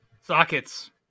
sockets